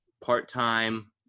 part-time